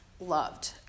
loved